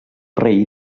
rei